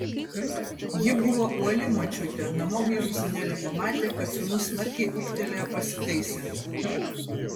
ji buvo uoli močiutė namo grįžusi nelė pamatė kad sūnus smarkiai ūgtelėjo pasitaisė